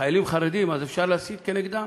חיילים חרדים, אז אפשר להסית כנגדם?